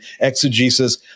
exegesis